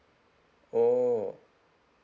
oh